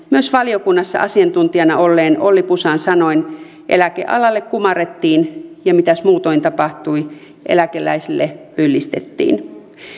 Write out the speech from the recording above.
myös valiokunnassa asiantuntijana olleen olli pusan sanoin eläkealalle kumarrettiin ja mitäs muutoin tapahtui eläkeläisille pyllistettiin